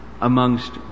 amongst